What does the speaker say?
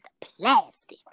plastic